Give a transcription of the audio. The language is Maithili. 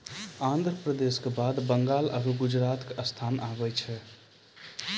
आन्ध्र प्रदेश के बाद बंगाल आरु गुजरात के स्थान आबै छै